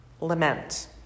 lament